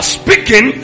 speaking